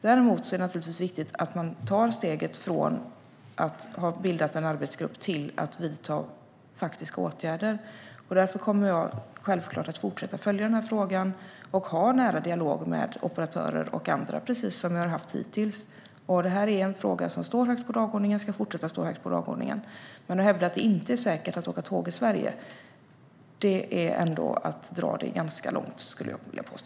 Däremot är det naturligtvis viktigt att man tar steget från att ha bildat en arbetsgrupp till att vidta faktiska åtgärder, och därför kommer jag självklart att fortsätta följa frågan och ha en nära dialog med operatörer och andra - precis som vi har haft hittills. Detta är en fråga som står högt på dagordningen och som ska fortsätta stå högt på dagordningen. Att hävda att det inte är säkert att åka tåg i Sverige skulle jag dock vilja påstå är att dra det ganska långt.